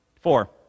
Four